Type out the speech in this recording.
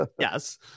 Yes